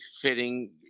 fitting